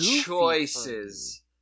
choices